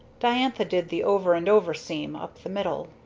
diantha did the over and over seam up the middle.